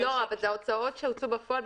אז זה הוצאות שהוצאו בפועל,